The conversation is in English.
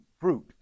fruit